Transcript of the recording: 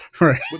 Right